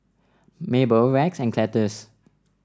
Mable Rex and Cletus